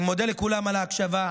אני מודה לכולם על ההקשבה.